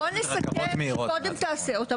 בוא נסכם שקודם תעשה אותם.